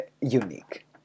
unique